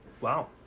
Wow